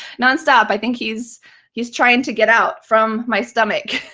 nonstop. i think he's he's trying to get out from my stomach.